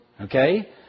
Okay